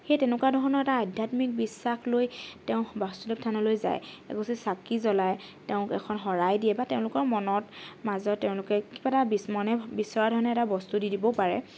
সেই তেনেকুৱা ধৰণৰ এটা আধ্যাত্মিক বিশ্বাস লৈ তেওঁ বাসুদেৱ থানলৈ যায় এগছি চাকি জ্বলাই তেওঁক এখন শৰাই দিয়ে বা তেওঁলোকৰ মনত মাজত তেওঁলোকে কিবা এটা মনে বিচৰা ধৰণে এটা বস্তু দি দিবও পাৰে